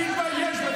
תתבייש.